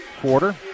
quarter